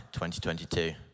2022